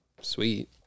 sweet